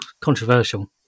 controversial